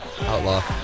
outlaw